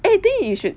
I think you should